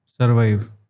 Survive